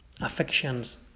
affections